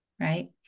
right